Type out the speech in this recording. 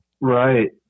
Right